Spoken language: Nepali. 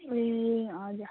ए हजुर